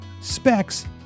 specs